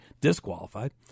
disqualified